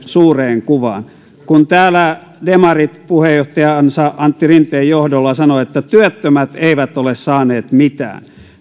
suureen kuvaan kun täällä demarit puheenjohtajansa antti rinteen johdolla sanoivat että työttömät eivät ole saaneet mitään